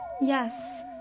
Yes